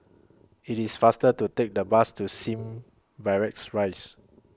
IT IS faster to Take The Bus to SIM Barracks Rise